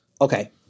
okay